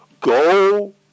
go